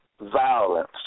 violence